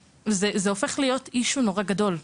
שנהפכו להיות Issue גדול נורא.